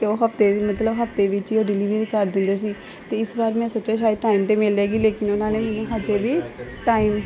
ਅਤੇ ਉਹ ਹਫਤੇ ਦੀ ਮਤਲਬ ਹਫਤੇ ਵਿੱਚ ਹੀ ਉਹ ਡਲੀਵਰੀ ਕਰ ਦਿੰਦੇ ਸੀ ਅਤੇ ਇਸ ਵਾਰ ਮੈਂ ਸੋਚਿਆ ਸ਼ਾਇਦ ਟਾਇਮ 'ਤੇ ਮਿਲੇਗੀ ਲੇਕਿਨ ਉਹਨਾਂ ਨੇ ਮੈਨੂੰ ਅਜੇ ਵੀ ਟਾਈਮ